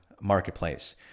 Marketplace